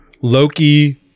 loki